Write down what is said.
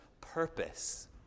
purpose